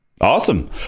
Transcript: Awesome